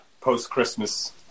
post-Christmas